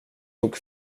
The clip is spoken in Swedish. tog